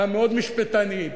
המאוד-משפטנית,